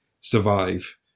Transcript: survive